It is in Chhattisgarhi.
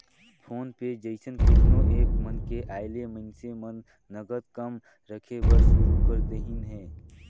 फोन पे जइसन केतनो ऐप मन के आयले मइनसे मन नगद कम रखे बर सुरू कर देहिन हे